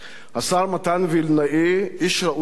השר מתן וילנאי, איש ראוי מאוד,